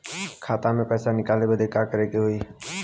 खाता से पैसा निकाले बदे का करे के होई?